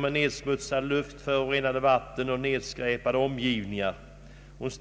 med nedsmutsad luft, förorenade vatten och nedskräpade omgivningar.